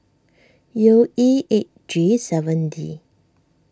U E eight G seven D